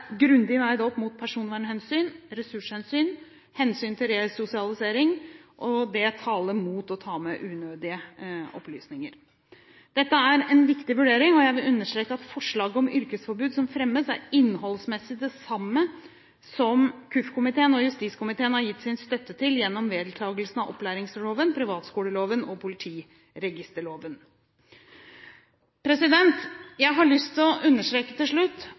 grundig veid opp mot personvernhensyn, ressurshensyn og hensynet til resosialisering – og det taler imot å ta med unødige opplysninger. Dette er en viktig vurdering, og jeg vil understreke at forslaget om yrkesforbud som er fremmet, er innholdsmessig det samme som kirke-, utdannings- og forskningkomiteen og justiskomiteen har gitt sin støtte til gjennom vedtakelsen av opplæringsloven, privatskoleloven og politiregisterloven. Jeg vil til slutt